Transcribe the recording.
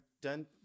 done